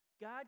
God